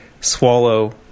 swallow